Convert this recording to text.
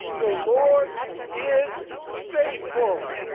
the lord is faithful.